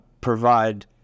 provide